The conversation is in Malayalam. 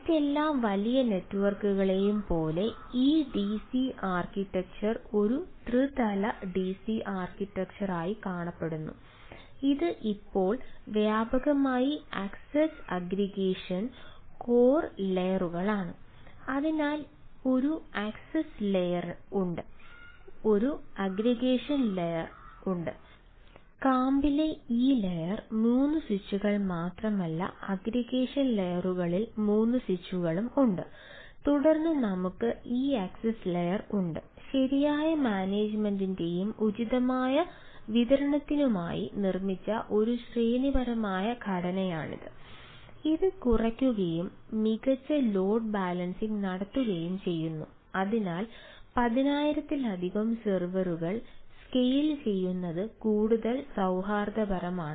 മറ്റെല്ലാ വലിയ നെറ്റ്വർക്കുകളെയും ചെയ്യുന്നത് കൂടുതൽ സൌഹാർദ്ദപരമാണ്